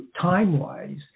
time-wise